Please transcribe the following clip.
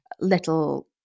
little